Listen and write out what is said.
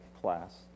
class